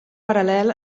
paral·lel